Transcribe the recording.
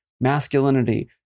masculinity